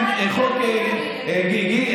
ג'ידא,